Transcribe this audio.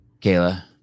Kayla